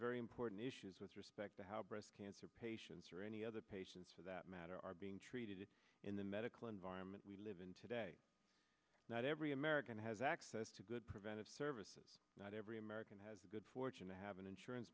very important issues with respect to how breast cancer patients or any other patients for that matter are being treated in the medical environment we live in today not every american has access to good preventive services not every american has the good fortune to have an insurance